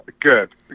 Good